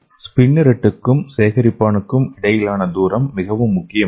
ஸ்பின்னெரெட்டுக்கும் சேகரிப்பானுக்கும் இடையிலான தூரம் மிகவும் முக்கியமானது